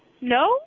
No